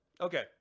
Okay